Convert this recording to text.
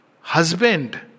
husband